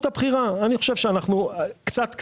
הבחירה אני חושב שאנחנו קצת הלכנו,